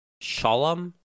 shalom